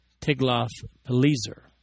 Tiglath-Pileser